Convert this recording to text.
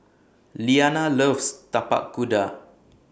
Liana loves Tapak Kuda